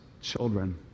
children